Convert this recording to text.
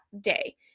day